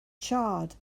charred